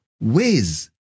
ways